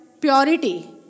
purity